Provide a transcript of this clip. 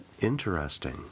Interesting